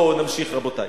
בואו נמשיך, רבותי.